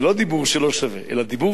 אלא דיבור שהוא בעל ערך,